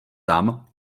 tam